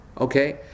Okay